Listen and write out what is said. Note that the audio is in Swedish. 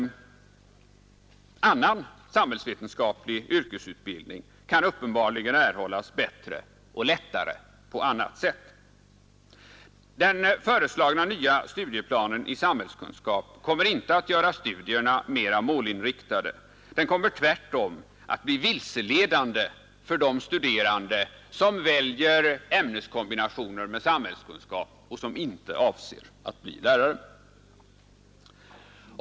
Annan samhällsvetenskaplig yrkesutbildning kan uppenbarligen erhållas bättre och lättare på annat sätt. Den föreslagna nya studieplanen i samhällskunskap kommer inte att göra studierna mera målinriktade, den kommer tvärtom att bli vilseledande för de studerande som väljer ämneskombinationer med samhällskunskap och som inte avser att bli lärare.